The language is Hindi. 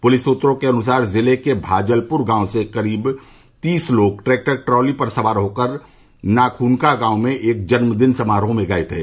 पुलिस सुत्रों के अनुसार जिले के भाजलपुर गांव से करीब तीस लोग ट्रैक्टर ट्राली पर सवार होकर नाखुनका गांव में एक जन्मदिन समारोह में गये थे